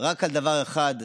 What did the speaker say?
רק על דבר אחד,